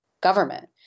government